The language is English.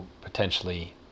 potentially